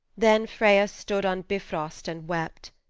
then freya stood on bifrost and wept.